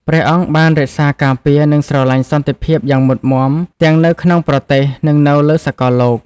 ព្រះអង្គបានរក្សាការពារ និងស្រឡាញ់សន្តិភាពយ៉ាងមុតមាំ ទាំងនៅក្នុងប្រទេស និងនៅលើសកលលោក។